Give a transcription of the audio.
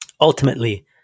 ultimately